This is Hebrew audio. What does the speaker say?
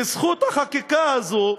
בזכות החקיקה הזאת,